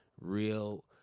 real